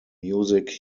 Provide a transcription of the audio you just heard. music